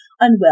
unwell